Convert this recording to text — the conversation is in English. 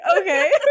Okay